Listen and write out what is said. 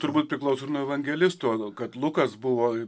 turbūt priklauso ir nuo evangelisto kad lukas buvo